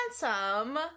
handsome